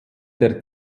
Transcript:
der